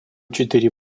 четыре